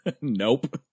Nope